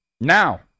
Now